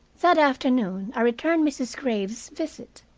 that afternoon i returned mrs. graves's visit.